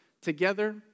together